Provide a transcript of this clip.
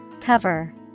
Cover